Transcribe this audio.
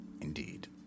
Indeed